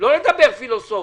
ולא לדבר פילוסופיה.